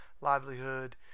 livelihood